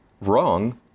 wrong